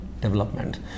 development